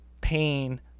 pain